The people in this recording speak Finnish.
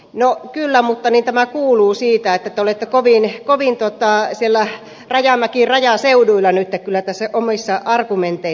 no kyllä mutta tämä kuuluu että te olette kovin siellä rajamäki rajaseuduilla nyt kyllä näissä omissa argumenteissanne